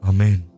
Amen